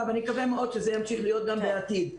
ואני מקווה מאוד שזה ימשיך להיות גם בעתיד.